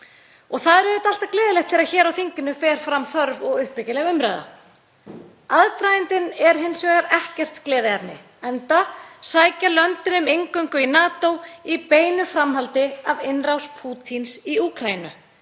og það er auðvitað alltaf gleðilegt þegar hér á þinginu fer fram þörf og uppbyggileg umræða. Aðdragandinn er hins vegar ekkert gleðiefni enda sækja löndin um inngöngu í NATO í beinu framhaldi af innrás Pútíns í Úkraínu,